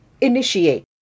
initiate